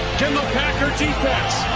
packer defense